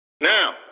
Now